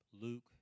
Luke